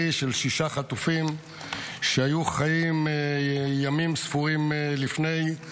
של שישה חטופים שהיו חיים ימים ספורים לפני,